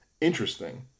interesting